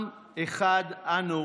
עם אחד אנו,